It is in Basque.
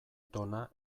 tona